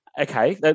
Okay